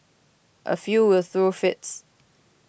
a few will throw fits